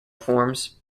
forms